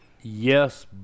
Yes